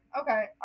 Okay